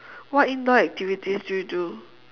what indoor activities do you do